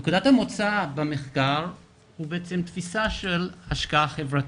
נקודת המוצא במחקר היא בעצם תפיסה של השקעה חברתית.